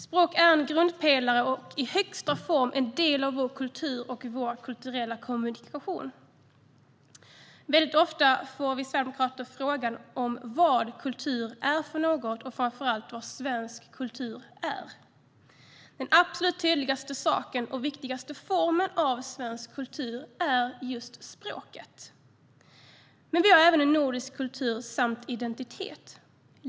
Språk är en grundpelare och i högsta grad en del av vår kultur och vår kulturella kommunikation. Väldigt ofta får vi Sverigedemokrater frågan om vad kultur är för något och framför allt vad svensk kultur är. Den absolut tydligaste saken och viktigaste formen av svensk kultur är just språket. Men vi har även en nordisk kultur samt identitet.